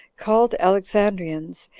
called alexandrians,